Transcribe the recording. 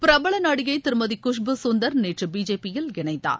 பிரபலநடிகைதிருமதி குஷ்பு சுந்தர் நேற்றுபிஜேபியில் இணைந்தார்